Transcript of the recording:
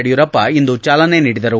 ಯಡಿಯೂರಪ್ಪ ಇಂದು ಚಾಲನೆ ನೀಡಿದರು